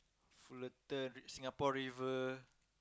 Fullerton Singapore-River